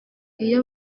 iyo